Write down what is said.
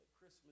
Christmas